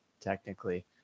technically